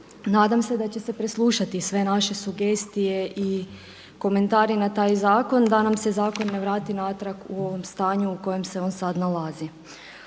Nadam se da će se preslušati sve naše sugestije i komentari na taj zakon da nam se zakon ne vrati natrag u ovom stanju u kojem se on sad nalazi.